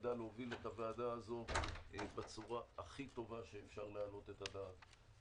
שתוביל את הוועדה הזאת בצורה הכי טובה שאפשר להעלות על הדעת.